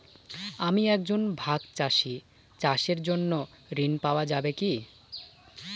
আমি একজন ভাগ চাষি চাষের জন্য ঋণ পাওয়া যাবে কি?